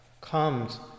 comes